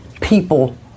people